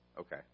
Okay